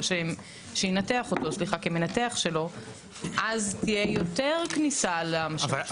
שינתח אותו כמנתח שלו אז תהיה יותר כניסה למשלים שב"ן.